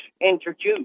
introduce